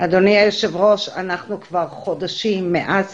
אדוני היושב-ראש, אנחנו כבר חודשים מאז